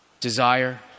desire